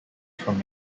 from